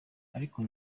ariko